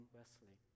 Wesley